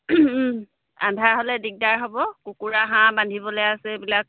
আন্ধাৰ হ'লে দিগদাৰ হ'ব কুকুৰা হাঁহ বান্ধিবলৈ আছে এইবিলাক